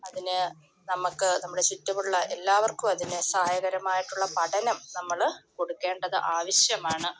അതിന് നമുക്ക് നമ്മുടെ ചുറ്റുമുള്ള എല്ലാവർക്കും അതിന് സഹായകരമായിട്ടുള്ള പഠനം നമ്മൾ കൊടുക്കേണ്ടത് ആവശ്യമാണ്